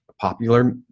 popular